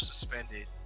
suspended